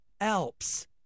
Alps